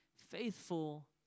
Faithful